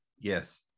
Yes